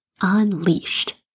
unleashed